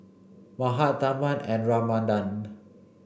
Mahade Tharman and Ramanand